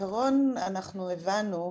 כשבעיקרון אנחנו הבנו.